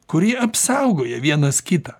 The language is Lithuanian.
kuri apsaugoja vienas kitą